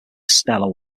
stellar